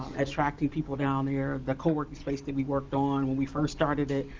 attracting people down there. the co working space that we worked on, when we first started it,